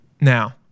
now